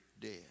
dead